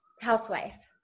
housewife